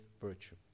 virtue